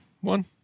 one